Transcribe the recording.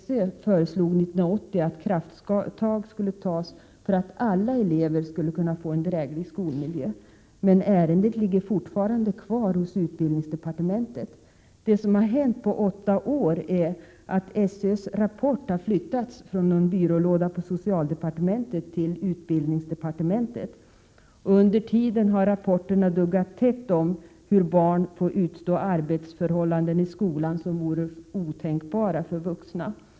SÖ föreslog 1980 att krafttag skulle tas för att alla elever skulle kunna få en dräglig skolmiljö. Men ärendet ligger fortfarande kvar hos utbildningsdepartementet. Det som har hänt på åtta år är att SÖ:s rapport har flyttats från någon byrålåda på socialdepartementet till utbildningsdepartementet. Under tiden har olika rapporter duggat tätt om de arbetsförhållanden i skolan som barnen får stå ut med och som vore otänkbara för vuxna.